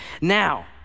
Now